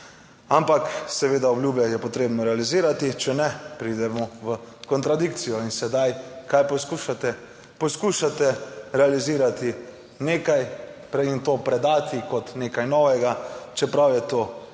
Ampak seveda obljube je potrebno realizirati, če ne pridemo v kontradikcijo. In sedaj kaj poskušate? Poskušate realizirati nekaj in to predati kot nekaj novega, čeprav je to čisto,